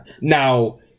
now